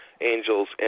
Angels